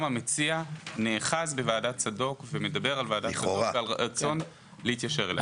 גם המציע נאחז בוועדת צדוק ומדבר על ועדת צדוק ועל הרצון להתיישר אליו.